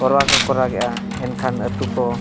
ᱚᱨᱟ ᱠᱚᱠᱚ ᱨᱟᱜᱮᱜᱼᱟ ᱮᱱᱠᱷᱟᱱ ᱟᱛᱩᱠᱚ